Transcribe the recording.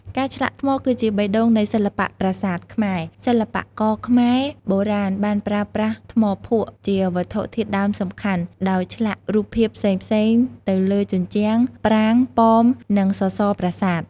ការឆ្លាក់ថ្ម គឺជាបេះដូងនៃសិល្បៈប្រាសាទខ្មែរ សិល្បករខ្មែរបុរាណបានប្រើប្រាស់ថ្មភក់ជាវត្ថុធាតុដើមសំខាន់ ដោយឆ្លាក់រូបភាពផ្សេងៗទៅលើជញ្ជាំង ប្រាង្គ ប៉ម និងសសរប្រាសាទ។